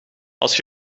als